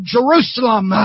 Jerusalem